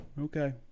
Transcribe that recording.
Okay